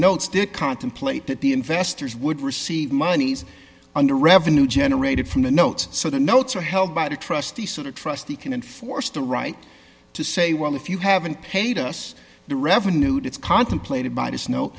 notes to contemplate that the investors would receive monies under revenue generated from the notes so the notes are held by the trustee sort of trustee can enforce the right to say well if you haven't paid us the revenue that's contemplated by the snow